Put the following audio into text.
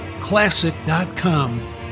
classic.com